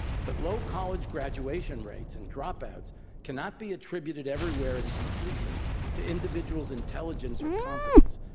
but low college graduation rates and dropout cannot be attributed everywhere and completely to individual's intelligence or competence.